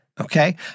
okay